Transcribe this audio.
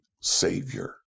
Savior